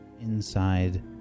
inside